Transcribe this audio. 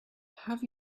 have